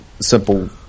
simple